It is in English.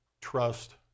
trust